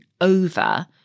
over